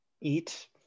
eat